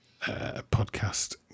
podcast